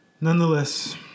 Nonetheless